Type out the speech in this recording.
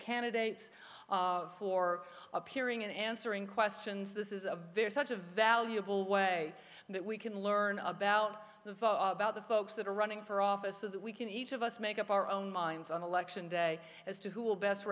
candidates for appearing in answering questions this is a very such a valuable way that we can learn about the about the folks that are running for office so that we can each of us make up our own minds on election day as to who will best